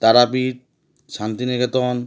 Tarapith Santiniketan